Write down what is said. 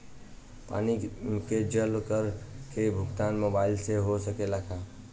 पानी के जल कर के भुगतान मोबाइल से हो सकेला का?